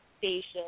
station